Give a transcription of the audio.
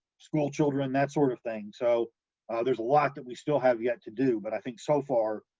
school children, that sort of thing, so there's a lot that we still have yet to do, but i think so far,